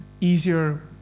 easier